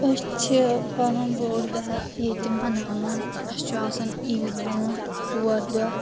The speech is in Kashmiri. أسی چھِ پنُن بۆڑ دۄہ ییٚتہِ مناوان اسہِ چھُ آسان عیز برۆنٛٹھ ژور دۄہ